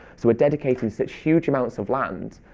so we're dedicating such huge amounts of land,